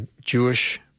Jewish